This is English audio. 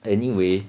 anyway